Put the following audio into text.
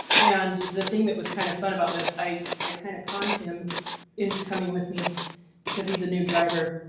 and the thing that was kind of fun about this. i i kind of conned him into coming with me because he's a new driver.